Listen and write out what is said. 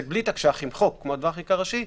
דבר חקיקה ראשי,